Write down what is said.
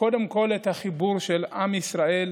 קודם כול את החיבור של עם ישראל